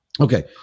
okay